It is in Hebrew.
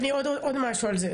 עוד משהו על זה,